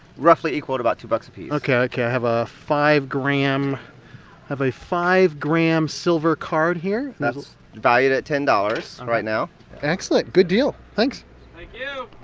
roughly equal to about two bucks apiece ok, ok, i have a five gram have a five gram silver card here that's valued at ten dollars right now excellent, good deal. thanks thank you